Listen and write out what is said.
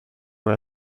were